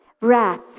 wrath